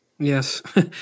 Yes